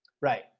Right